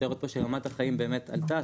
אפשר לראות שרמת החיים באמת עלתה,